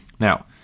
Now